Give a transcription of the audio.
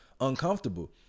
uncomfortable